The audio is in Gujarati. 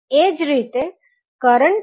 એ જ રીતે કરંટ માટે